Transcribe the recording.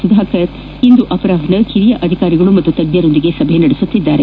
ಸುಧಾಕರ್ ಇಂದು ಅಪರಾಹ್ನ ಹಿರಿಯ ಅಧಿಕಾರಿಗಳು ಹಾಗೂ ತಜ್ಞರೊಂದಿಗೆ ಸಭೆ ನಡೆಸುತ್ತಿದ್ದಾರೆ